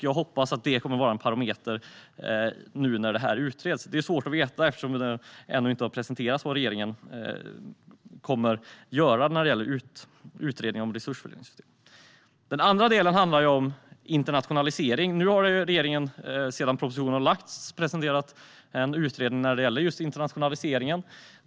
Jag hoppas att det kommer att vara en parameter nu när det här utreds. Det är svårt att veta, eftersom det ännu inte har presenterats vad regeringen kommer att göra när det gäller utredningen om resursfördelningssystemet. Den andra delen handlar om internationalisering. Nu har regeringen sedan propositionen lagts fram presenterat en utredning om just internationaliseringen.